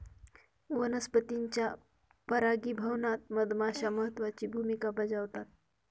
वनस्पतींच्या परागीभवनात मधमाश्या महत्त्वाची भूमिका बजावतात